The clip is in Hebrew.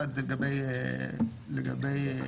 הראשונה,